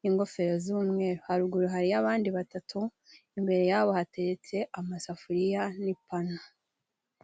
n'ingofero z'umweru, haruguru hariyo abandi batatu, imbere yabo hateretse amasafuriya n'ipanu.